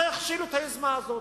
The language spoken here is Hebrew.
כך יכשילו את היוזמה הזאת.